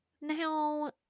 Now